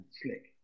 slick